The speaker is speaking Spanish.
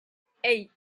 hey